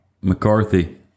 McCarthy